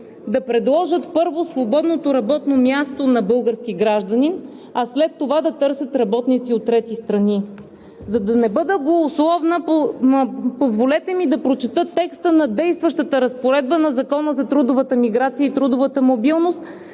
да предложат свободното работно място първо на български гражданин, а след това да търсят работници от трети страни. За да не бъда голословна, позволете ми да прочета текста на действащата разпоредба на Закона за трудовата миграция и трудовата мобилност